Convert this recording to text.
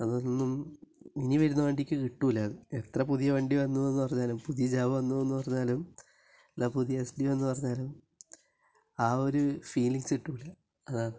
അതൊന്നും ഇനി വരുന്ന വണ്ടിക്ക് കിട്ടില്ല അത് എത്ര പുതിയ വണ്ടി വന്നു എന്ന് പറഞ്ഞാലും പുതിയ ജാവ വന്നു എന്ന് പറഞ്ഞാലും പുതിയ എസ്ഡി വന്നു എന്ന് പറഞ്ഞാലും ആ ഒരു ഫീലിങ്ങ്സ് കിട്ടില്ല അതാണ്